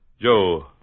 Joe